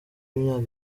y’imyaka